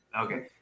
Okay